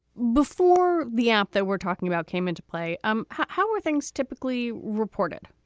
before the app that we're talking about came into play. um how are things typically reported?